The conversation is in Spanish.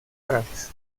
árabes